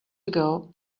ago